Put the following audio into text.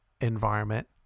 Environment